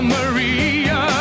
Maria